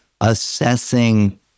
assessing